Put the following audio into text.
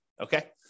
okay